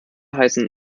heißen